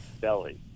belly